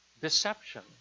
deception